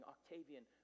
Octavian